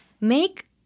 make –